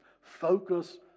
Focus